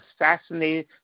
assassinated